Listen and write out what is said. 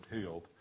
healed